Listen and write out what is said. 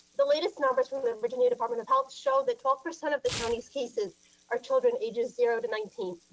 the latest numbers from the virginia department of health show that twelve percent of the county's cases are children ages zero to nineteen.